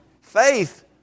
Faith